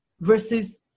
Versus